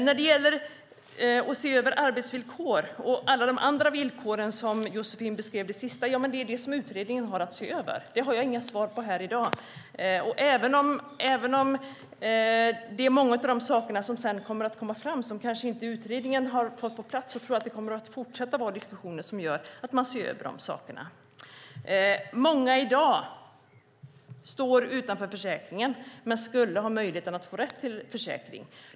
När det gäller att se över arbetsvillkor och alla andra villkor som Josefin beskrev sist är det också det som utredningen har att se över. Det har jag inga svar på här i dag. Även om det är många av de sakerna som sedan kommer att komma fram, som utredningen kanske inte har fått på plats, tror jag att det kommer att fortsätta att vara diskussioner som gör att man ser över de sakerna. Många står utanför försäkringen i dag men skulle ha möjlighet att få rätt till försäkring.